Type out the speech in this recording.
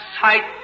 sight